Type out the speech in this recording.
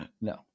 no